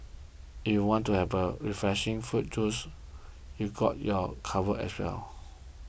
if you want to have a refreshing fruit juice they got you covered as well